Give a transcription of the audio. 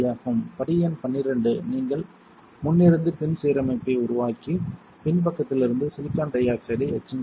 படி எண் 12 நீங்கள் முன் இருந்து பின் சீரமைப்பை உருவாக்கி பின் பக்கத்திலிருந்து சிலிக்கான் டை ஆக்சைடை எட்சிங் செய்ய வேண்டும்